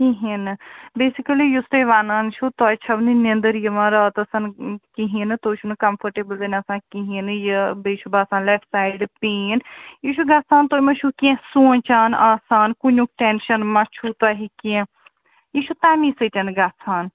کِہیٖنٛۍ نہٕ بیسِکٔلی یُس تُہۍ وَنان چھُو تۄہہِ چھَو نہٕ نینٛدٕر یِوان راتَس کِہیٖنٛۍ نہٕ تُہۍ چھُ نہٕ کَمفٲٹیبُل وۅنۍ آسان کِہیٖنٛۍ نہٕ یہِ بیٚیہِ چھُ باسان لیفٹ سایڈٕ پین یہِ چھُ گژھان تُہۍ ما چھُو کیٚنٛہہ سونٛچان آسان کُنیُک ٹٮ۪نشَن ما چھُو تۄہہِ کیٚنٛہہ یہِ چھُ تَمی سۭتٮ۪ن گَژھان